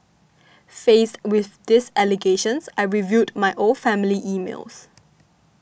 faced with these allegations I reviewed my old family emails